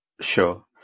Sure